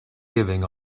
giving